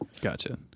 gotcha